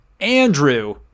Andrew